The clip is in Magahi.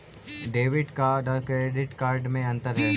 डेबिट कार्ड और क्रेडिट कार्ड में अन्तर है?